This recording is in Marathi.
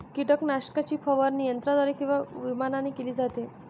कीटकनाशकाची फवारणी यंत्राद्वारे किंवा विमानाने केली जाते